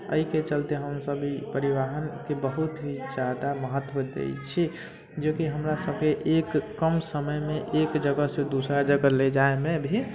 अइके चलते हमरा सब ई परिवाहनके बहुत ही जादा महत्व दै छी जेकि हमरा सबके एक कम समयमे एक जगहसँ दोसरा जगह ले जाइमे भी